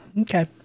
okay